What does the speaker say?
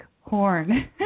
horn